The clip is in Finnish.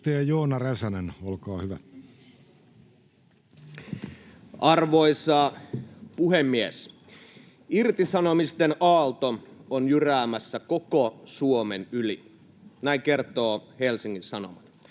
Arvoisa puhemies! Irtisanomisten aalto on jyräämässä koko Suomen yli, näin kertoo Helsingin Sanomat.